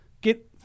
get